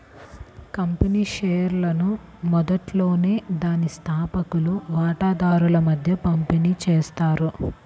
company షేర్లను మొదట్లోనే దాని స్థాపకులు వాటాదారుల మధ్య పంపిణీ చేస్తారు